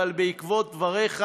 אבל בעקבות דבריך